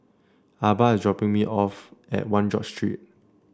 Arba dropping me off at One George Street